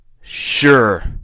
Sure